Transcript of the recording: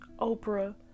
Oprah